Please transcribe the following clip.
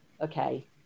Okay